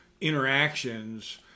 interactions